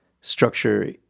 structure